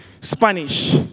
Spanish